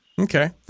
Okay